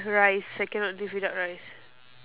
rice I cannot live without rice